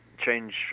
change